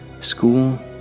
School